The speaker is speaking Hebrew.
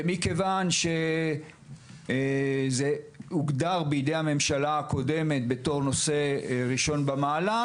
ומכיוון שזה הוגדר בידי הממשלה הקודמת בתור נושא ראשון במעלה,